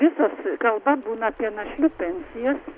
visad kalba būna apie našlių pensijas